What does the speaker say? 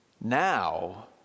Now